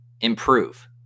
improve